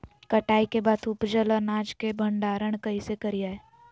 कटाई के बाद उपजल अनाज के भंडारण कइसे करियई?